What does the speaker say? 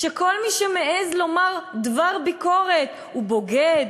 כשכל מי שמעז לומר דבר ביקורת הוא בוגד,